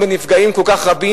עם הנפגעים הכל כך רבים,